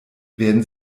werden